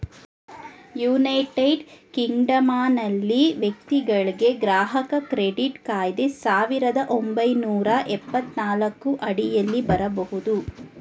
United ಕಿಂಗ್ಡಮ್ನಲ್ಲಿ ವ್ಯಕ್ತಿಗಳ್ಗೆ ಗ್ರಾಹಕ ಕ್ರೆಡಿಟ್ ಕಾಯ್ದೆ ಸಾವಿರದ ಒಂಬೈನೂರ ಎಪ್ಪತ್ತನಾಲ್ಕು ಅಡಿಯಲ್ಲಿ ಬರಬಹುದು